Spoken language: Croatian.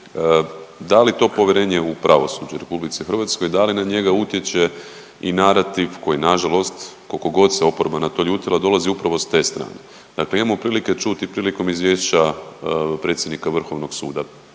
da li to povjerenje u pravosuđe u RH, da li na njega utječe i narativ koji nažalost koliko god se oporba to ljutila dolazi upravo s te strane, dakle imamo prilike čuti prilikom izvješća predsjednika vrhovnog suda